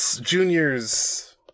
Junior's